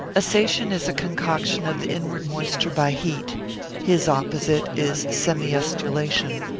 assation is a concoction of the inward moisture by heat his opposite is semiustulation.